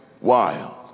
wild